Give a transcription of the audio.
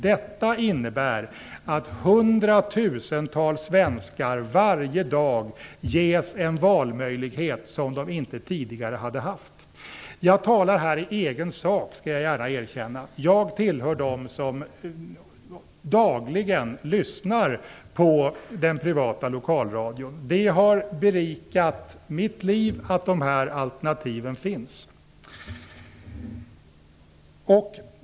Det innebär att hundratusentals svenskar varje dag ges en valmöjlighet som de inte tidigare har haft. Jag talar här i egen sak, skall jag gärna erkänna. Jag tillhör dem som dagligen lyssnar på den privata lokalradion. Det har berikat mitt liv att dessa alternativ finns.